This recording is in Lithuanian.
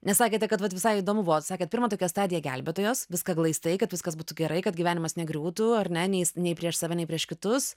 nes sakėte kad vat visai įdomu buvo kad pirmą tokią stadiją gelbėtojos viską glaistai kad viskas būtų gerai kad gyvenimas negriūtų ar ne nei prieš save nei prieš kitus